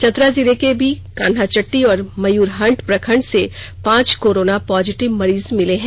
चतरा जिले के भी कान्हाचट्टी और मयूरहंड प्रखंड से पांच कोरोना पॉजिटिव मरीज मिले है